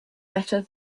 better